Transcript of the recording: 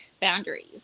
boundaries